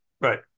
Right